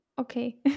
Okay